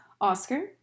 Oscar